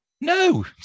no